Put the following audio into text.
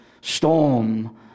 storm